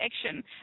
action